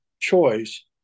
choice